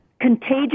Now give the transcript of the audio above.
contagious